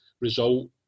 result